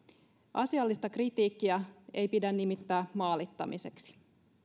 asiallista kritiikkiä ei pidä nimittää maalittamiseksi